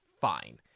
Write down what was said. fine